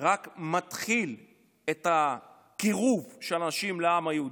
רק מתחיל את הקירוב של האנשים לעם היהודי,